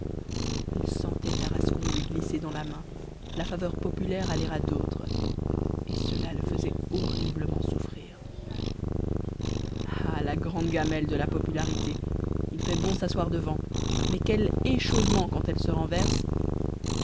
il sentait tarascon lui glisser dans la main la faveur populaire aller à d'autres et cela le faisait horriblement souffrir ah la grande gamelle de la popularité il fait bon s'asseoir devant mais quel échaudement quand elle se renverse